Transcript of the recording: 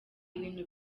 ibintu